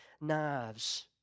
knives